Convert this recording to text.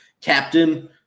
captain